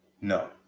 No